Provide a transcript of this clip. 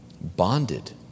bonded